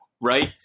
right